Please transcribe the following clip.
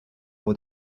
for